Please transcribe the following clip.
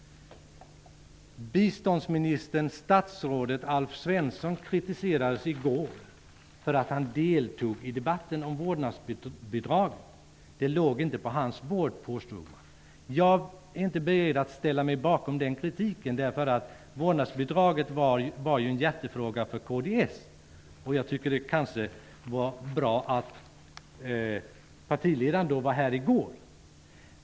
Biståndsministern, statsrådet Alf Svensson, kritiserades i går för att han deltog i debatten om vårdnadsbidraget; det låg inte på hans bord, påstod man. Jag är inte beredd att ställa mig bakom den kritiken. Vårdnadsbidraget är ju en stor fråga för kds. Jag tycker att det var bra att partiledaren var här i går.